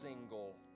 single